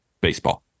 baseball